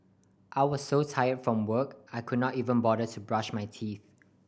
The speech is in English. I was so tired from work I could not even bother to brush my teeth